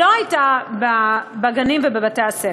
הייתה בגנים ובבתי-הספר.